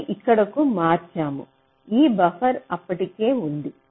ఇది ఇక్కడకు మార్చాము ఈ బఫర్ అప్పటికే ఉంది